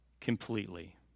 completely